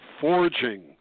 forging